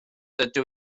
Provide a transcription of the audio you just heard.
ydw